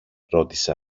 ρώτησε